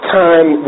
time